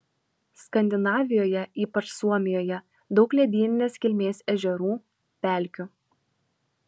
skandinavijoje ypač suomijoje daug ledyninės kilmės ežerų pelkių